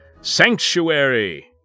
sanctuary